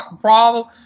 problem